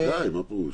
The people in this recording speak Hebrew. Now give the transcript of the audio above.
בוודאי, מה פירוש.